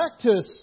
Practice